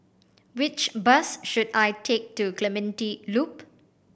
which bus should I take to Clementi Loop